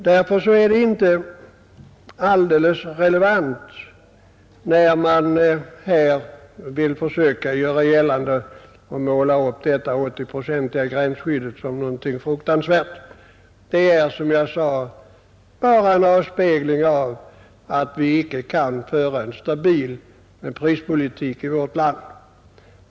Därför är det inte alldeles relevant när man som här försöker måla ut detta 80-procentiga gränsskydd som någon belastning. Det är som jag sade bara en avspegling av att vi icke kan föra en stabil prispolitik i vårt land.